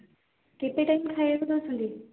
କେତେ ଟାଇମ୍ ଖାଇବାକୁ ଦେଉଛନ୍ତି